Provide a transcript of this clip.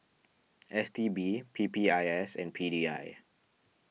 S T B P P I S and P D I